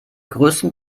größten